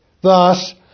Thus